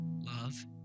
Love